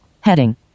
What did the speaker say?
Heading